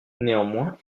néanmoins